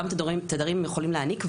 כמה תדרים הם יכולים להעניק,